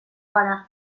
gara